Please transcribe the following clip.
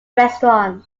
restaurant